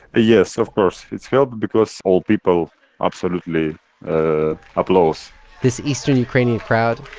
yes, of course. it helped because all people absolutely ah applause this eastern ukrainian crowd,